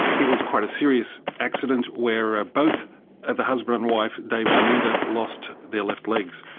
it was quite a serious accident where ah both the husband and wife, david and linda, lost their left legs.